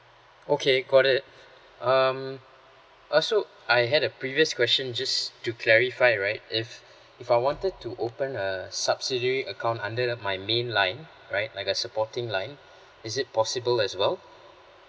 okay got it um also I had a previous question just to clarify right if if I wanted to open a subsidiary account under the my main line right like a supporting line is it possible as well